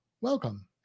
welcome